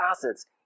assets